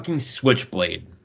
switchblade